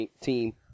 team